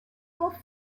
ordeal